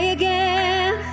again